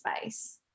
space